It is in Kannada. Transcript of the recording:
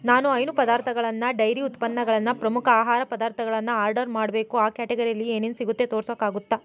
ನಾನು ಹೈನು ಪದಾರ್ಥಗಳನ್ನು ಡೈರಿ ಉತ್ಪನ್ನಗಳನ್ನು ಪ್ರಮುಖ ಆಹಾರ ಪದಾರ್ಥಗಳನ್ನ ಆರ್ಡರ್ ಮಾಡಬೇಕು ಆ ಕ್ಯಾಟಗರಿಲಿ ಏನೇನು ಸಿಗುತ್ತೆ ತೋರಿಸೋಕ್ಕಾಗುತ್ತ